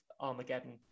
Armageddon